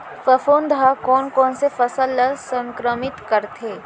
फफूंद ह कोन कोन से फसल ल संक्रमित करथे?